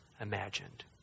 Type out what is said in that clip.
imagined